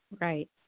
Right